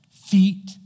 feet